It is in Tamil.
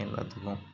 எல்லாத்துக்கும்